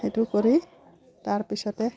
সেইটো কৰি তাৰ পিছতে